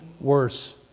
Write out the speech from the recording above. worse